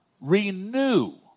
renew